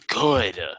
good